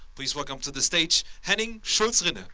please welcome to the stage henning schulzrinne.